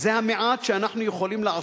אבל אני פניתי אליה בתואר הרשמי שלה,